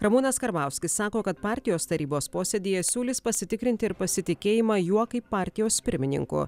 ramūnas karbauskis sako kad partijos tarybos posėdyje siūlys pasitikrinti ir pasitikėjimą juo kaip partijos pirmininku